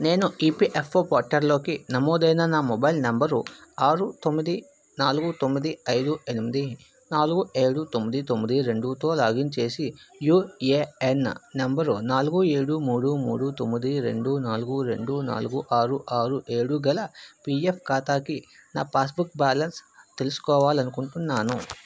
నేను ఈపిఎఫ్ఓ పోర్టల్లోకి నమోదైన నా మొబైల్ నెంబరు ఆరు తొమ్మిది నాలుగు తొమ్మిది ఐదు ఎనిమిది నాలుగు ఏడు తొమ్మిది తొమ్మిది రెండుతో లాగిన్ చేసి యూఏఎన్ నెంబరు నాలుగు ఏడు మూడు మూడు తొమ్మిది రెండు నాలుగు రెండు నాలుగు ఆరు ఆరు ఏడు గల పీఎఫ్ ఖాతాకి నా పాస్బుక్ బ్యాలెన్స్ తెలుసుకోవాలి అనుకుంటున్నాను